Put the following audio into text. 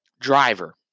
driver